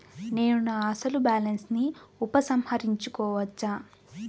నేను నా అసలు బాలన్స్ ని ఉపసంహరించుకోవచ్చా?